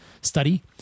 study